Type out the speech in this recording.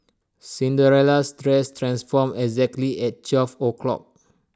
Cinderella's dress transformed exactly at twelve o' clock